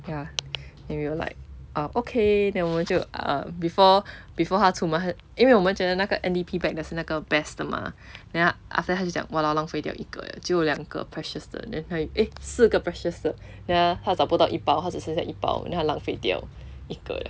ya then we were like ah okay then 我们就 err before before 他出门他就因为我们觉得那个 N_D_P bag 的是那个 best 的 mah then 他 after that 他就讲 !walao! 浪费掉一个了只有两个:lang fei diao yi ge liaozhi you liang ge precious 的 then 还有 eh 四个 precious then 他找不到找不到一包他只剩下一包 then 他浪费一个了